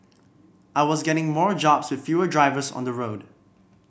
I was getting more jobs with fewer drivers on the road